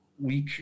week